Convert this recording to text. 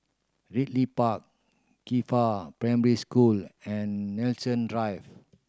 Ridley Park Qifa Primary School and Nanson Drive